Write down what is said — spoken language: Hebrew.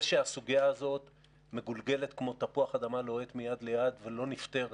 הסוגיה הזאת מגולגלת כמו תפוח אדמה לוהט מיד ליד ולא נפתרת